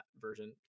version